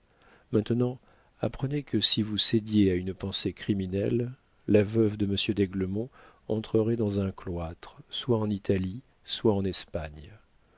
maintenant apprenez que si vous cédiez à une pensée criminelle la veuve de monsieur d'aiglemont entrerait dans un cloître soit en italie soit en espagne